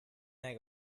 naj